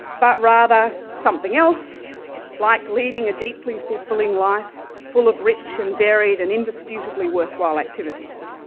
but rather something else like leading a deeply fulfilling life, full of rich and varied and indisputably worthwhile activities.